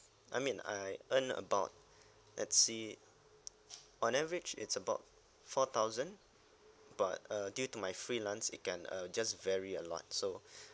I mean I earn about let's see on average it's about four thousand but uh due to my freelance it can uh just vary a lot so